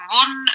one